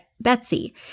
Betsy